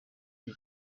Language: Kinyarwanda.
iki